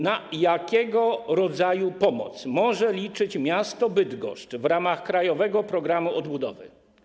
Na jakiego rodzaju pomoc może liczyć miasto Bydgoszcz w ramach krajowego programu odbudowy?